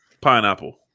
pineapple